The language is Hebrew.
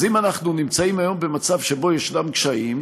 אז אם אנחנו נמצאים היום במצב שבו יש קשיים,